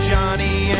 Johnny